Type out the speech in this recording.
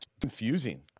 Confusing